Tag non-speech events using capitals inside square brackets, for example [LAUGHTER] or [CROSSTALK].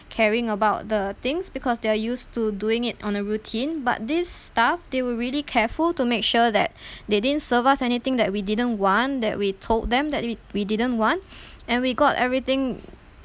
caring about the things because they're used to doing it on a routine but these staff they were really careful to make sure that [BREATH] they didn't serve us anything that we didn't want that we told them that we we didn't want [BREATH] and we got everything